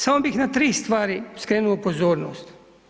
Samo bi na 3 stvari skrenuo pozornost.